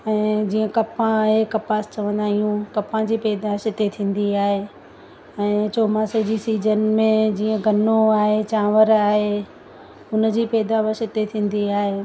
ऐं जीअं कपां आहे कपास चवंदा आहियूं कपां जी पैदाशु हिते थींदी आहे ऐं चौमास जी सीजन में जीअं गनो आहे चांवर आहे हुन जी पैदावश हिते थींदी आहे